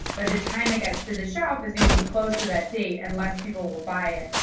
by the time it gets to the shelf, it's gonna be close to that date and less people will buy it.